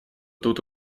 тут